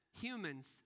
humans